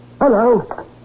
Hello